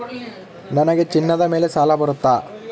ನನಗೆ ಚಿನ್ನದ ಮೇಲೆ ಸಾಲ ಬರುತ್ತಾ?